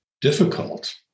difficult